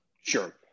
sure